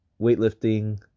weightlifting